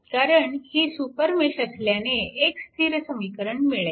कारण ही सुपरमेश असल्याने एक स्थिर समीकरण मिळेल